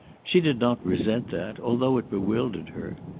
she did not resent that, although it bewildered her.